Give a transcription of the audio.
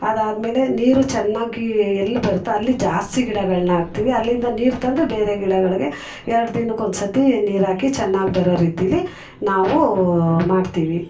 ಅದಾದ್ಮೇಲೆ ನೀರು ಚೆನ್ನಾಗಿ ಎಲ್ಲಿ ಬರುತ್ತೋ ಅಲ್ಲಿ ಜಾಸ್ತಿ ಗಿಡಗಳನ್ನ ಹಾಕ್ತೀವಿ ಅಲ್ಲಿಂದ ನೀರು ತಂದು ಬೇರೆ ಗಿಡಗಳಿಗೆ ಎರಡು ದಿನಕ್ಕೆ ಒಂದು ಸರತಿ ನೀರು ಹಾಕಿ ಚೆನ್ನಾಗಿ ಬರೋ ರೀತಿಲಿ ನಾವು ಮಾಡ್ತೀವಿ